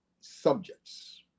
subjects